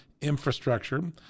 infrastructure